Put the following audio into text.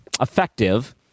effective